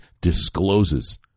discloses